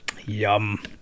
Yum